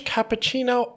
Cappuccino